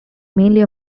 mainly